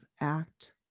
act